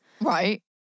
Right